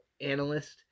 Analyst